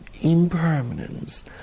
impermanence